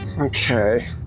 okay